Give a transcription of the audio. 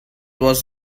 was